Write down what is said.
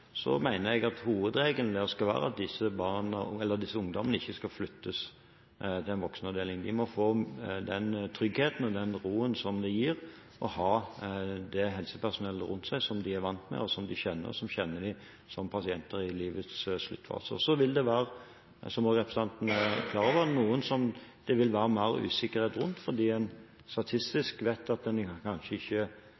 jeg at hovedregelen skal være at disse ungdommene ikke skal flyttes til en voksenavdeling. De må få den tryggheten og den roen som det gir å ha det helsepersonellet rundt seg som de er vant med, og som de kjenner, og som kjenner dem som pasienter i livets sluttfase. Så vil det være, som også representanten er klar over, noen som det vil være mer usikkerhet rundt, fordi en